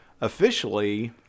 officially